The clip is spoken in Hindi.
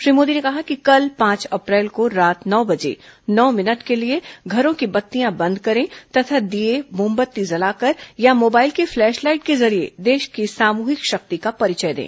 श्री मोदी ने कहा कि कल पांच अप्रैल को रात नौ बजे नौ मिनट के लिए घरों की बत्तियां बंद करें तथा दीये मोमबत्ती जलाकर या मोबाइल की फ्लैश लाइट के जरिए देश की सामूहिक शक्ति का परिचय दें